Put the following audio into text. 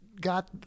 got